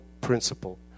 principle